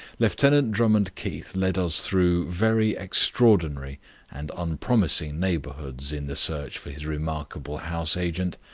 lieutenant drummond keith led us through very extraordinary and unpromising neighbourhoods in the search for his remarkable house-agent.